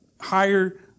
higher